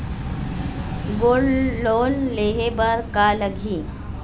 Gold loan लेहे बर का लगही?